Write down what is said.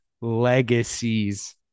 legacies